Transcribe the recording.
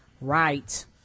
Right